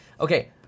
Okay